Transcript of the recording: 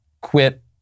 quit